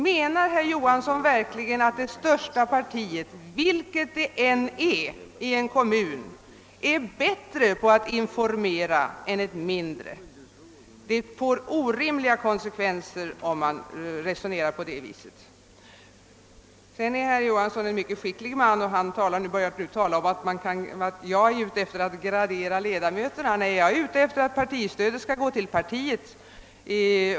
Menar herr Johansson verkligen att det största partiet i en kommun, vilket det än är, äger bättre förutsättningar att ge information än ett mindre parti? Ett sådant resonemang får orimliga konsekvenser. Herr Johansson, som är en mycket skicklig man, försökte göra gällande att jag önskar en gradering av ledamöterna. Nej, jag vill att partistödet skall gå till partiet.